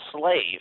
slave